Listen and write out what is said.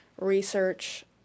research